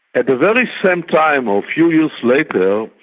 at the very same time, or a few years later,